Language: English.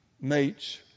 mates